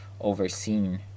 overseen